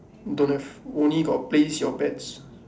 don't have only got place your bets